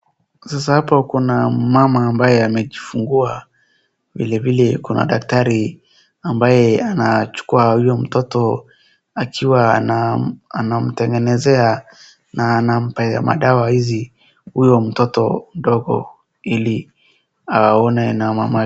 Sasa hapo kuna mmama ambaye amejifungua ,vilevile kuna daktari ambaye anachukuwa huyo mtoto akiwa anamtengenezea na anampa madawa hizi huyo mtoto ndogo ili aone na mama.